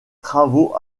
travaux